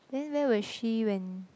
then where was she when